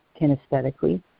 kinesthetically